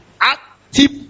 active